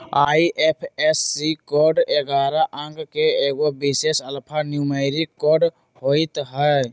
IFSC code ऐगारह अंक के एगो विशेष अल्फान्यूमैरिक कोड होइत हइ